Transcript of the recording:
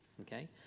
Okay